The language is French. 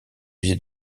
user